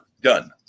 done